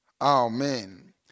Amen